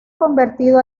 convertido